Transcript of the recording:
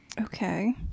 Okay